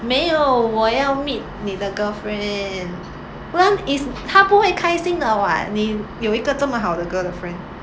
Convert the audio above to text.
没有我要 meet 你的 girlfriend 不然 is 她不会开心的 [what] 你有一个这么好的 girl 的 friend